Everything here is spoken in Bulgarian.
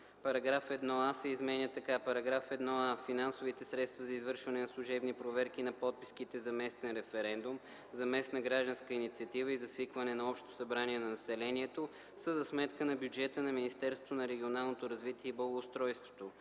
т. 2, § 1а се изменя така: „§ 1а. Финансовите средства за извършване на служебни проверки на подписките за местен референдум, за местна гражданска инициатива и за свикване на общо събрание на населението са за сметка на бюджета на Министерството на регионалното развитие и благоустройството.”